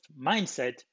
mindset